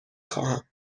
خواهم